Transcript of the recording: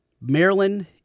Maryland